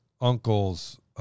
uncles